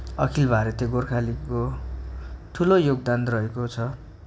अखिल भारतीय गोर्खा लीगको ठुलो योगदान रहेको छ